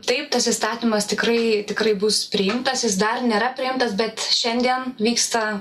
taip tas įstatymas tikrai tikrai bus priimtas jis dar nėra priimtas bet šiandien vyksta